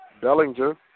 Bellinger